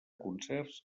concerts